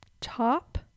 top